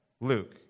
Luke